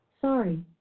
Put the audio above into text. Sorry